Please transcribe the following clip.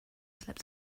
slept